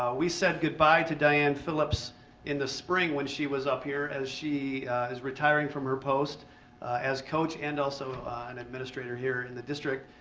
we said goodbye goodbye to diann phillips in the spring when she was up here as she is retiring from her post as coach and also an administrator here in the district.